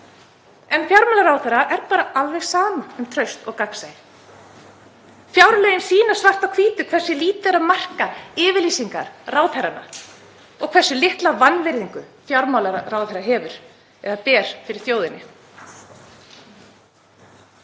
En fjármálaráðherra er bara alveg sama um traust og gagnsæi. Fjárlögin sýna svart á hvítu hversu lítið er að marka yfirlýsingar ráðherranna og hversu litla virðingu fjármálaráðherra ber fyrir þjóðinni.